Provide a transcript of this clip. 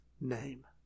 name